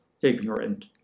ignorant